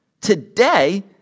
today